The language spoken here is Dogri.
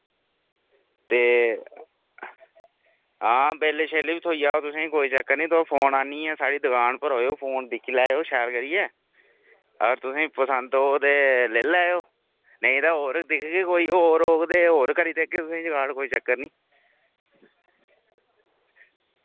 ते आं बिल बी थ्होई जाह्ग तुसें ई कोई चक्कर निं तुस फोन आह्नियै साढ़ी दुकान पर आओ फोन दिक्खी लैओ शैल करियै अगर तुसेंगी पसंद औग ते लेई लैयो नेईं तां दिक्खगे कोई होर नेईं तां होर करी देगे कोई जुगाड़ कोई चक्कर निं